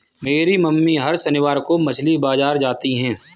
मेरी मम्मी हर शनिवार को मछली बाजार जाती है